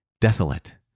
Desolate